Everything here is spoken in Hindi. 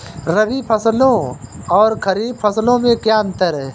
रबी फसलों और खरीफ फसलों में क्या अंतर है?